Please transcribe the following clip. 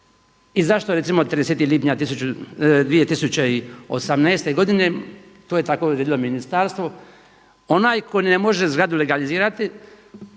i zašto recimo 30. lipnja 2018. godine to je tako odredilo ministarstvo. Onaj tko ne može zgradu legalizirati